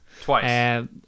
Twice